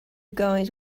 guys